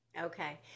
Okay